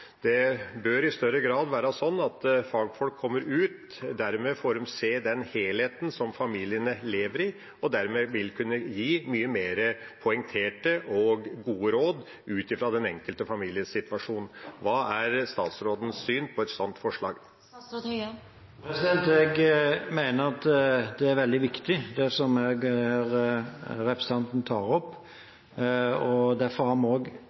Det bør i større grad være sånn at fagfolk kommer ut og dermed får se helheten som familiene lever i, og dermed vil kunne gi mye mer poengterte og gode råd, ut fra den enkelte families situasjon. Hva er statsrådens syn på et sånt forslag? Jeg mener det representanten tar opp, er veldig viktig. Derfor har vi også lagt dette inn i den nasjonale helse- og sykehusplanen for 2020–2030. Der er vi